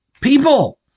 people